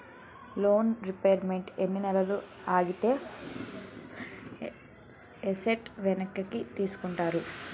Loan repayment ఎన్ని నెలలు ఆగితే ఎసట్ వెనక్కి తీసుకుంటారు?